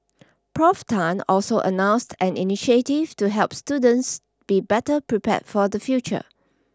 Prof Tan also announced an initiative to help students be better prepared for the future